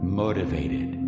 motivated